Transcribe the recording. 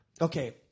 okay